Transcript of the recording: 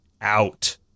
out